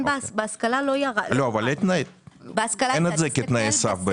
בהשכלה לא ירד -- אבל אין את זה כתנאי סף.